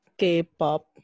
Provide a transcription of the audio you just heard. K-pop